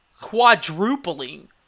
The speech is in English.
quadrupling